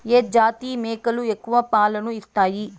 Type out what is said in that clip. ఏ జాతి మేకలు ఎక్కువ పాలను ఇస్తాయి?